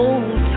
Old